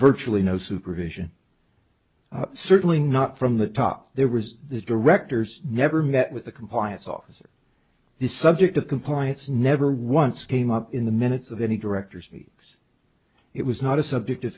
virtually no supervision certainly not from the top there was the directors never met with a compliance officer the subject of compliance never once came up in the minutes of any director speaks it was not a subject of